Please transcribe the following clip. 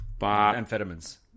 Amphetamines